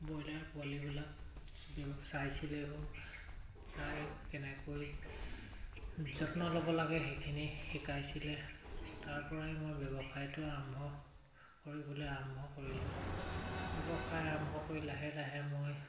broiler পোৱালিবিলাক চাইছিলেহিও চাই কেনেকৈ যত্ন ল'ব লাগে সেইখিনি শিকাইছিলে তাৰ পৰাই মই ব্যৱসায়টো আৰম্ভ কৰিবলৈ আৰম্ভ কৰিলোঁ ব্যৱসায় আৰম্ভ কৰি লাহে লাহে মই